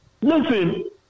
Listen